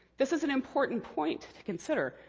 this is an important point to consider,